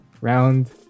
Round